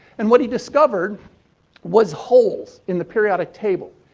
and, what he discovered was holes in the periodic table.